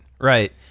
right